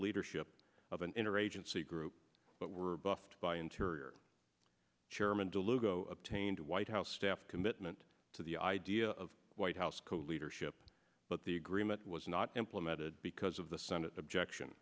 leadership of an interagency group but were buffed by interior chairman deluca obtained a white house staff commitment to the idea of white house code leadership but the agreement was not implemented because of the senate objection